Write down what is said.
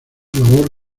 labor